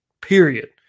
period